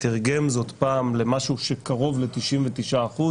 תרגם זאת פעם למשהו שקרוב ל-99%,